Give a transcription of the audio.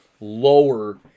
lower